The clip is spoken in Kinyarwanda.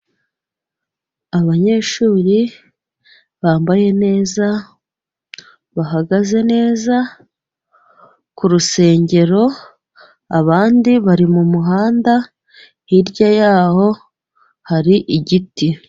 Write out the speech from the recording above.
Abanyeshuri bambaye neza bahagaze neza ku rusengero. Abandi bari mu muhanda hirya yaho hari igiti.